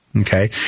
okay